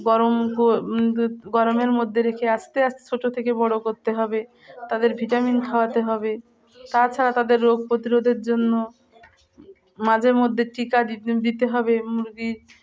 গরম ক গরমের মধ্যে রেখে আস্তে আস্তে ছোটো থেকে বড়ো করতে হবে তাদের ভিটামিন খাওয়াতে হবে তাছাড়া তাদের রোগ প্রতিরোধের জন্য মাঝে মধ্যে টিকা দ দিতে হবে মুরগি